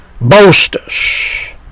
boasters